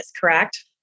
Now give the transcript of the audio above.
correct